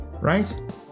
right